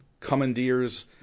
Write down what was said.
commandeers